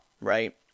right